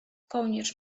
kołnierz